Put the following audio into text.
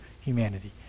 humanity